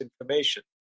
information